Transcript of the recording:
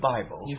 Bible